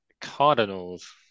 Cardinals